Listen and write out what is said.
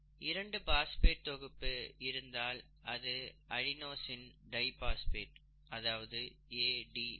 இரண்டு பாஸ்பேட் தொகுப்பு இருந்தால் அது அடினோசின் டைபாஸ்பேட் அதாவது ADP